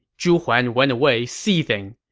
zhu huan went away seething.